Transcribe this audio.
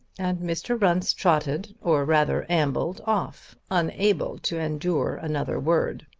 and mr. runce trotted or rather ambled off, unable to endure another word.